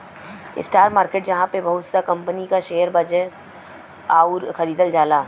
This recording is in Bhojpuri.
स्टाक मार्केट जहाँ पे बहुत सा कंपनी क शेयर बेचल आउर खरीदल जाला